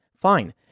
Fine